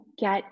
get